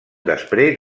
després